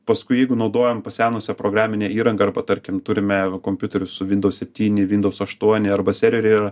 paskui jeigu naudojam pasenusią programinę įrangą arba tarkim turime kompiuterius su windows septyni windows aštuoni arba sveriai yra